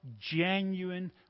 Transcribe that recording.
genuine